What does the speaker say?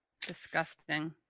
Disgusting